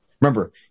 Remember